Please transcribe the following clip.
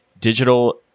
Digital